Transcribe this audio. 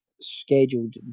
scheduled